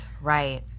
Right